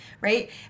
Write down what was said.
right